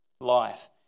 life